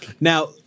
now